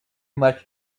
much